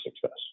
success